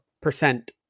percent